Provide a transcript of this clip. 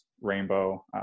rainbow